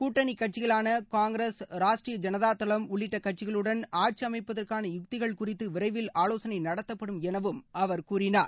கூட்டணி கட்சிகளான காங்கிரஸ் ராஷ்டிரிய ஜனதாதளம் உள்ளிட்ட கட்சிகளுடன் ஆட்சி அமைப்பதற்கான யுக்திகள் குறித்து விரைவில் ஆவோசனை நடத்தப்படும் எனவும் அவர் கூறினார்